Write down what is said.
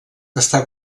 està